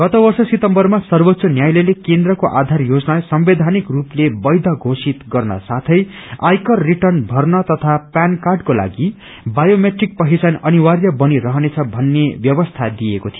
गत वर्ष सितम्बरमा सर्वोच्च न्यायालयले केन्द्रको आधार योजनाताई संवैधानिक रूपते वैष घोषित गर्न साथै आयकर रिटर्न भर्न तथा प्यान कार्डको लागि बायोमेट्रिक पहिचान अनिवार्य बनी रहनेछ भन्ने व्यवस्था दिएको थियो